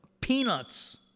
peanuts